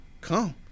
come